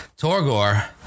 Torgor